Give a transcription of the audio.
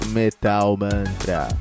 metalmantra